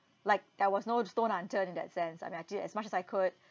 like there was no stone unturned in that sense I'm actually as much as I could